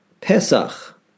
Pesach